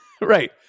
Right